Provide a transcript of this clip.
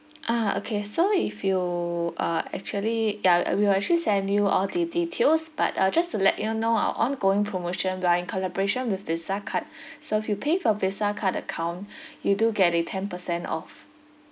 ah okay so if you uh actually ya uh we will actually send you all the details but uh just to let you know our ongoing promotion we are in collaboration with visa card so if you pay with your visa card account you do get a ten percent off